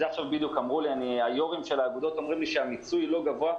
בדיוק היו"רים של האגודות אומרים לי שהמיצוי לא גבוה,